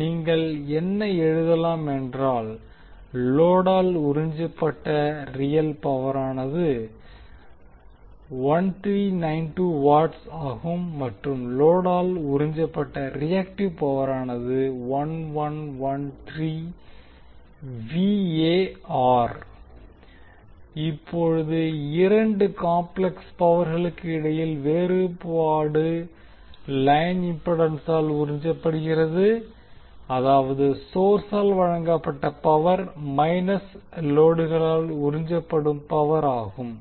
நீங்கள் என்ன எழுதலாம் என்றால் லோடால் உறிஞ்சப்பட்ட ரியல் பவரானது 1392 வாட்ஸ் ஆகும் மற்றும் லோடால் உறிஞ்சப்பட்ட ரியாக்டிவ் பவரானது 1113 விஎஆர் இப்போது இரண்டு காம்ப்ளெக்ஸ் பவர்களுக்கு இடையிலான வேறுபாடு லைன் இம்பிடன்சால் உறிஞ்சப்படுகிறது அதாவது சோர்ஸால் வழங்கப்பட்ட பவர் மைனஸ் லோடுகளால் உறிஞ்சப்படும் பவர் ஆகும்